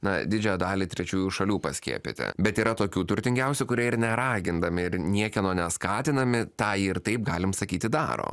na didžiąją dalį trečiųjų šalių paskiepyti bet yra tokių turtingiausių kurie ir neragindami ir niekieno neskatinami tą ir taip galim sakyti daro